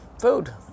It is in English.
food